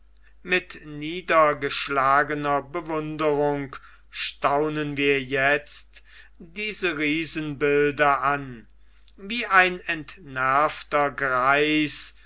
mit niedergeschlagener bewunderung staunen wir jetzt diese riesenbilder an wie ein entnervter greis